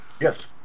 Yes